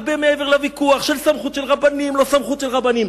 הרבה מעבר לוויכוח של סמכות של רבנים לא סמכות של רבנים.